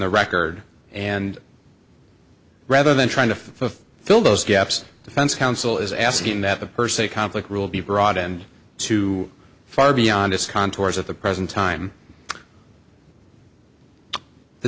the record and rather than trying to fill those gaps defense counsel is asking that the per se conflict rule be broadened to far beyond its contours at the present time the